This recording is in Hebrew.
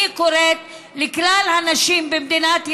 אני קוראת לכלל הנשים במדינת ישראל,